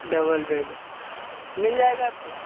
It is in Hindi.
डबल बेड मिल जाएगा आपको